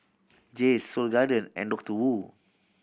Jays Seoul Garden and Doctor Wu